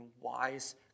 wise